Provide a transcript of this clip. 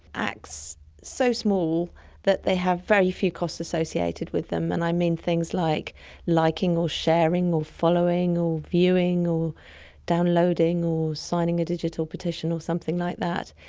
acts so small that they have very few costs associated with them, and i mean things like liking or sharing or following or viewing or downloading or signing a digital petition or something like that,